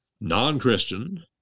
non-Christian